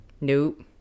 nope